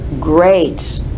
great